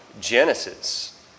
Genesis